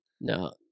No